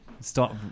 Stop